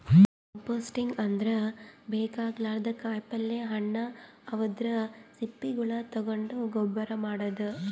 composting ಅಂದ್ರ ಬೇಕಾಗಲಾರ್ದ್ ಕಾಯಿಪಲ್ಯ ಹಣ್ಣ್ ಅವದ್ರ್ ಸಿಪ್ಪಿಗೊಳ್ ತಗೊಂಡ್ ಗೊಬ್ಬರ್ ಮಾಡದ್